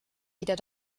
wieder